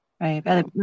Right